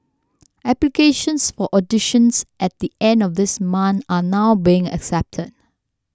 applications for auditions at the end of this month are now being accepted